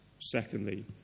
Secondly